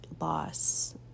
loss